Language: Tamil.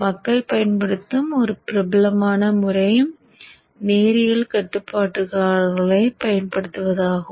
மக்கள் பயன்படுத்தும் ஒரு பிரபலமான முறை நேரியல் கட்டுப்பாட்டாளர்களைப் பயன்படுத்துவதாகும்